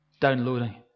Downloading